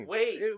Wait